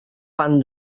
fan